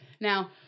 Now